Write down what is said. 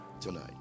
tonight